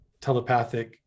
telepathic